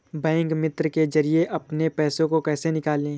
Bank मित्र के जरिए अपने पैसे को कैसे निकालें?